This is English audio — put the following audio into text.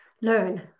learn